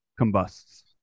combusts